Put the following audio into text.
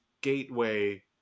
gateway